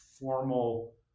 formal